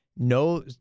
No